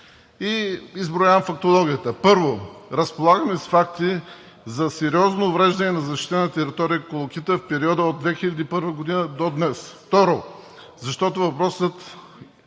Изброявам фактологията: Първо, разполагаме с факти за сериозно увреждане на защитената територия „Колокита“ в периода от 2001 г. до днес. Второ, защото въпросът има